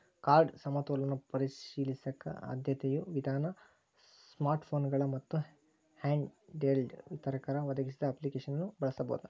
card ಸಮತೋಲನ ಪರಿಶೇಲಿಸಕ ಆದ್ಯತೆಯ ವಿಧಾನ ಸ್ಮಾರ್ಟ್ಫೋನ್ಗಳ ಮತ್ತ ಹ್ಯಾಂಡ್ಹೆಲ್ಡ್ ವಿತರಕರ ಒದಗಿಸಿದ ಅಪ್ಲಿಕೇಶನ್ನ ಬಳಸೋದ